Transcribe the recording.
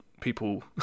People